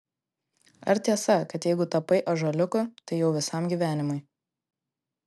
ar tiesa kad jeigu tapai ąžuoliuku tai jau visam gyvenimui